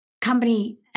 company